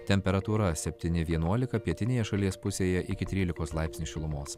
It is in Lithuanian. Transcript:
temperatūra septyni vienuolika pietinėje šalies pusėje iki trylikos laipsnių šilumos